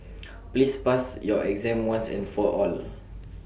please pass your exam once and for all